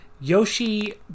Yoshi